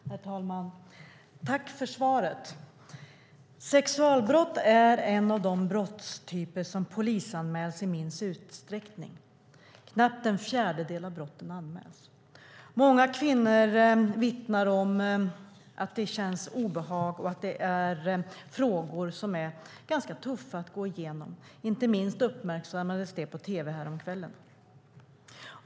Herr talman! Tack för svaret! Sexualbrott är en av de brottstyper som polisanmäls i minst utsträckning. Knappt en fjärdedel av brotten anmäls. Många kvinnor vittnar om att det känns obehagligt och att det är frågor som är ganska tuffa att gå igenom. Inte minst uppmärksammades detta på tv häromdagen.